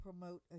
promote